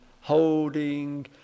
holding